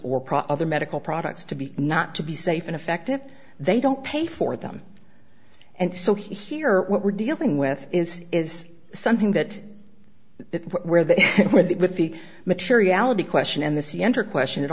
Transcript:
probably other medical products to be not to be safe and effective they don't pay for them and so here what we're dealing with is is something that where the with the with the materiality question and the see enter question it